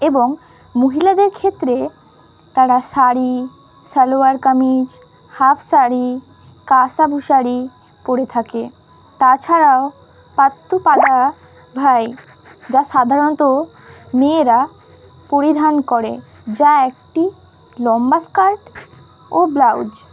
এবং মহিলাদের ক্ষেত্রে তারা শাড়ি সালোয়ার কামিজ হাফ শাড়ি কাঁসাভু শাড়ি পরে থাকে তাছাড়াও পাত্তু পালাভাই যা সাধারণত মেয়েরা পরিধান করে যা একটি লম্বা স্কার্ট ও ব্লাউজ